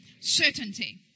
certainty